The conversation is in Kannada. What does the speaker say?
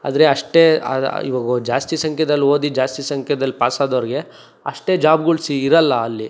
ಆದರೆ ಅಷ್ಟೇ ಅ ಅ ಇವಾಗ ಜಾಸ್ತಿ ಸಂಖ್ಯೆದಲ್ ಓದಿ ಜಾಸ್ತಿ ಸಂಖ್ಯೆದಲ್ ಪಾಸಾದೋರಿಗೆ ಅಷ್ಟೇ ಜಾಬ್ಗಳ್ ಸಿ ಇರಲ್ಲ ಅಲ್ಲಿ